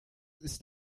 ist